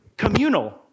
Communal